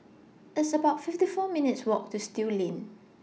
It's about fifty four minutes' Walk to Still Lane